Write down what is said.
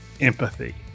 empathy